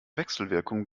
wechselwirkung